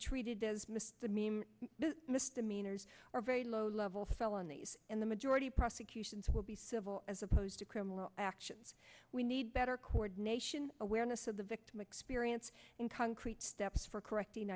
treated as missed the mean misdemeanors are very low level felonies and the majority prosecutions will be civil as opposed to criminal actions we need better coordination awareness of the victim experience in concrete steps for correcting